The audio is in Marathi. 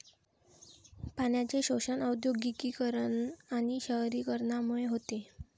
पाण्याचे शोषण औद्योगिकीकरण आणि शहरीकरणामुळे होते